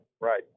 right